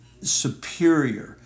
superior